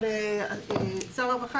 אני מבקש